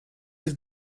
have